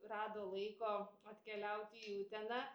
rado laiko atkeliauti į uteną